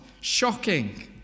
shocking